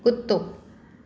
कुतो